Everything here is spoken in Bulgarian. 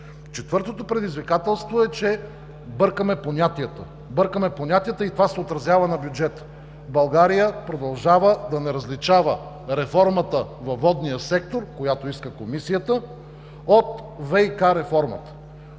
Четвъртото предизвикателство е, че бъркаме понятията и това се отразява на бюджета. България продължава да не различава реформата във водния сектор, която иска Комисията, от ВиК реформата.